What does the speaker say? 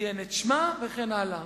ציין את שמה וכן הלאה.